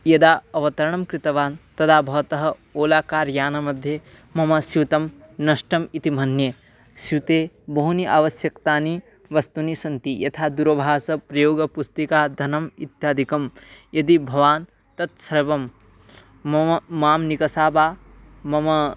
यदा अवतरणं कृतवान् तदा भवतः ओलाकार्यानमध्ये मम स्यूतं नष्टम् इति मन्ये स्यूते बहूनि आवश्यकानि वस्तूनि सन्ति यथा दूरभाषप्रयोगपुस्तिकाधनम् इत्यादिकं यदि भवान् तत्सर्वं मम माम् निकषाव मम